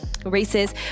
races